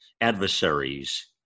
adversaries